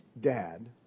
dad